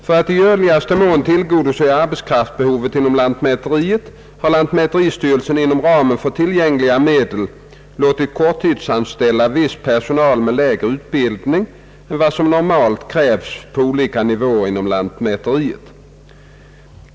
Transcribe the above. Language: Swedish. För att i görlig mån tillgodose arbetskraftsbehovet inom lantmäteriet har lantmäteristyrelsen inom ramen för tillgängliga medel låtit korttidsanställa viss personal med lägre utbildning än vad som normalt krävs på olika nivåer inom lantmäteriet.